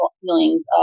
feelings